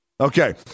Okay